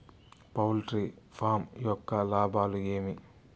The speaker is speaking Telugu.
పౌల్ట్రీ ఫామ్ యొక్క లాభాలు ఏమి